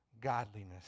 godliness